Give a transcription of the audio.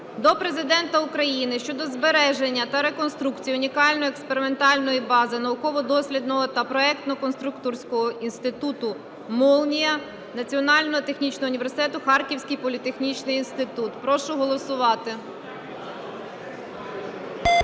до Президента України щодо збереження та реконструкції унікальної експериментальної бази Науково-дослідного та проектно-конструкторського інституту "Молнія" Національного технічного університету "Харківський політехнічний інститут". Прошу голосувати.